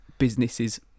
businesses